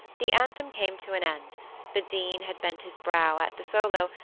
the anthem came to an end the dean had bent his brow at the solo,